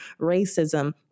racism